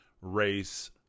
race